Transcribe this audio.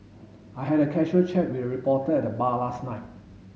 I had a casual chat with a reporter at the bar last night